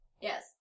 Yes